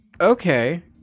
Okay